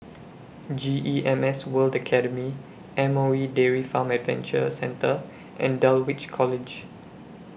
G E M S World Academy M O E Dairy Farm Adventure Centre and Dulwich College